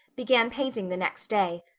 began painting the next day.